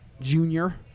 Junior